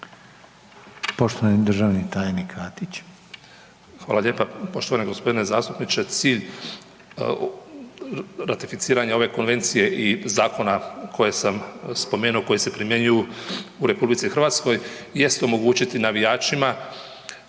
poštovani državni tajniče sa